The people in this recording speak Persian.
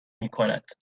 میکند